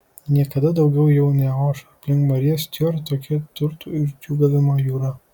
niekada daugiau jau neoš aplink mariją stiuart tokia turtų ir džiūgavimo jūra